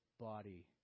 body